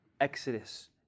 Exodus